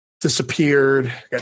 disappeared